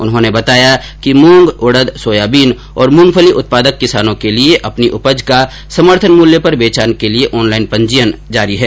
उन्होंने बताया कि मूंग उड़द सोयाबीन और मूंगफली उत्पादक किसानों के लिये अपनी उपज का समर्थन मूल्य पर बेचान के लिये ऑनलाइन पंजीयन जारी है